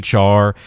HR